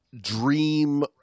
dream